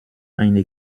eine